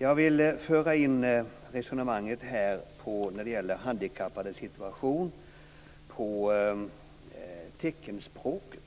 Jag vill här föra in resonemanget om de handikappades situation på teckenspråket